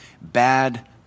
Bad